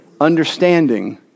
understanding